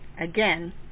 Again